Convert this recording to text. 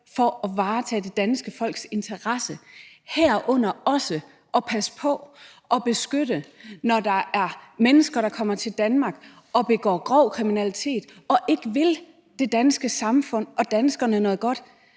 for at varetage det danske folks interesse, herunder også at passe på og beskytte. Når der er mennesker, der kommer til Danmark og begår grov kriminalitet og ikke vil det danske samfund og danskerne noget godt,